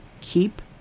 keep